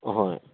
ꯑꯍꯣꯏ